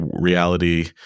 reality